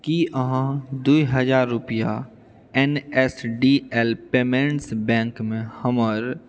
की अहाँ दूइ हजार रुपआ N S D L payments बैंकमे हमर